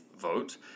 vote